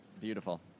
Beautiful